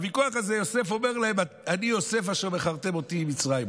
בוויכוח הזה יוסף אומר להם: אני יוסף אשר מכרתם אותי מצרימה.